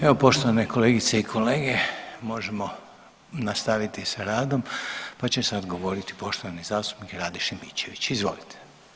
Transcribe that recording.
Evo poštovane kolegice i kolege, možemo nastaviti sa radom, pa će sada govoriti poštovani zastupnik Rade Šimičević, izvolite.